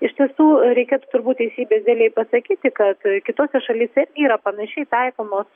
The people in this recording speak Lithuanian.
iš tiesų reikėtų turbūt teisybės dėlei pasakyti kad kitose šalyse irgi yra panašiai taikomos